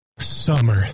Summer